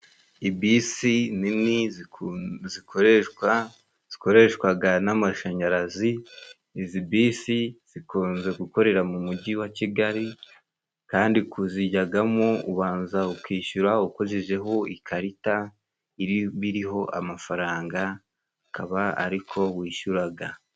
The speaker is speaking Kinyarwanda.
Bisi nini zikoreshwa, zikoreshwaga n'amashanyarazi. izi bisi zikunze gukorera mu mujyi wa Kigali kandi kuzijyagamo ubanza ukishyura ukojejeho ikarita, iba iriho amafaranga akaba ariko wishyuraga.